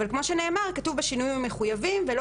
אבל כמו שנאמר "..ככתוב בשינויים המחויבים.." ולא